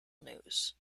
news